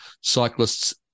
Cyclists